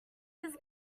his